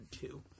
two